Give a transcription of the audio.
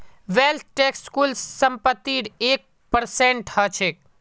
wealth tax कुल संपत्तिर एक परसेंट ह छेक